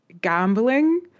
gambling